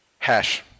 Hash